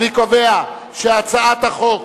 אני קובע שהצעת החוק